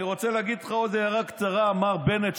אני רוצה להגיד לך עוד הערה קצרה, מר בנט.